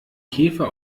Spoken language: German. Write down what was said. käfer